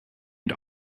and